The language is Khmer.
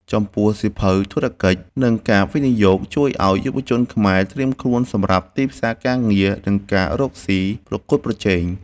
ចំពោះ សៀវភៅ ធុរកិច្ច និងការវិនិយោគ ជួយឱ្យយុវជនខ្មែរត្រៀមខ្លួនសម្រាប់ទីផ្សារការងារ និងការរកស៊ីប្រកួតប្រជែង។